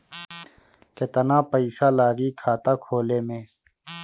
केतना पइसा लागी खाता खोले में?